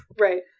right